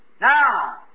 Now